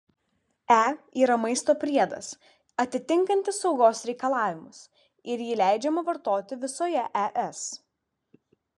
e yra maisto priedas atitinkantis saugos reikalavimus ir jį leidžiama vartoti visoje es